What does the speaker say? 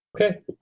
Okay